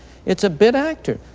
it's a bit actor.